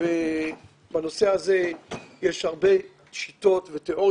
וגם הרבה פעמים זה ציוד שפחות